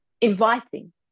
inviting